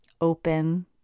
open